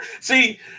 See